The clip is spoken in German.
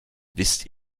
wisst